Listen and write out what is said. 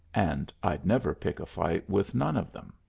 and i'd never pick a fight with none of them.